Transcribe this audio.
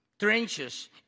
Trenches